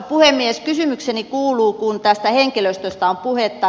kysymykseni kuuluu kun tästä henkilöstöstä on puhetta